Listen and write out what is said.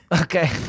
okay